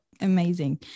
Amazing